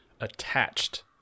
attached